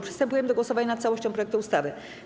Przystępujemy do głosowania nad całością projektu ustawy.